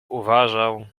uważał